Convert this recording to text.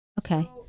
Okay